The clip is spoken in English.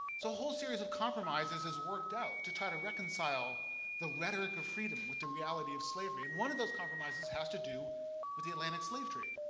so a whole series of compromises is worked out to try to reconcile the rhetoric of freedom with the reality of slavery. and one of those compromises has to do with the atlantic slave trade.